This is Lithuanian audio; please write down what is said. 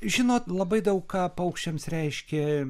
žinot labai daug ką paukščiams reiškia